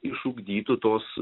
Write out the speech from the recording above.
išugdytų tos